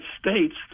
States